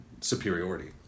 superiority